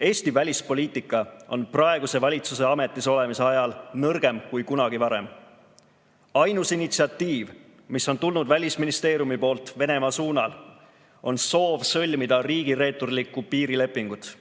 Eesti välispoliitika on praeguse valitsuse ametis olemise ajal nõrgem kui kunagi varem. Ainus initsiatiiv, mis on tulnud Välisministeeriumi poolt Venemaa suunal, on soov sõlmida riigireeturlikku piirilepingut.